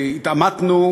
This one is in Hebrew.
והתעמתנו,